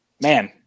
man